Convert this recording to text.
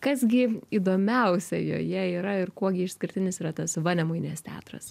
kas gi įdomiausia joje yra ir kuo gi išskirtinis yra tas vanemuinės teatras